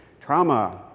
trauma,